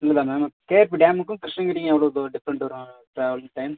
இல்லை ma'am KRP டேமுக்கும் கிரிஷ்ணகிரிக்கும் எவ்வளோ தூரம் டிஃப்ரெண்ட் வரும் ட்ராவலிங் டைம்